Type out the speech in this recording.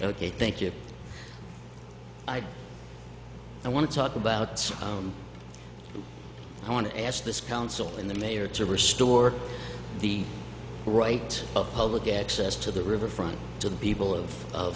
ok thank you i want to talk about i want to ask this council and the mayor to restore the right of public access to the riverfront to the people of